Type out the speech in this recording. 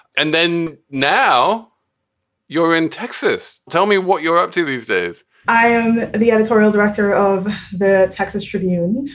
and then now you're in texas. tell me what you're up to these days i am the editorial director of the texas tribune.